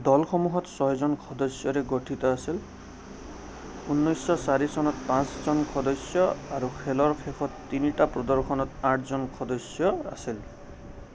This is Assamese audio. দলসমূহত ছয় জন সদস্যৰে গঠিত আছিল ঊনৈছশ চাৰি চনত পাঁচ জন সদস্য আৰু খেলৰ শেষত তিনিটা প্ৰদৰ্শনত আঠ জন সদস্য আছিল